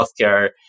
healthcare